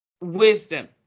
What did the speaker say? wisdom